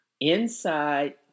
inside